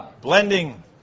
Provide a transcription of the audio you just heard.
blending